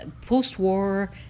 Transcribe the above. post-war